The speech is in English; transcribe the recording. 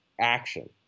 action